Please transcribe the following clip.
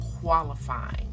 qualifying